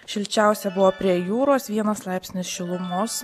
šilčiausia buvo prie jūros vienas laipsnis šilumos